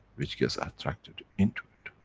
which gets attracted into it.